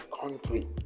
country